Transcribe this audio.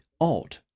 odd